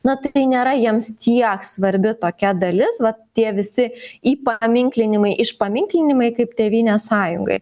na tai nėra jiems tiek svarbi tokia dalis va tie visi ipaminklinimai išpaminkinimai kaip tėvynės sąjungai